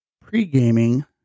pre-gaming